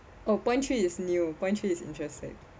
oh point three is new point three is interesting